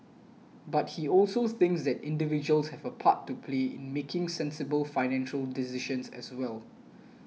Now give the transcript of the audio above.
but he also thinks that individuals have a part to play in making sensible financial decisions as well